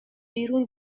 بیرون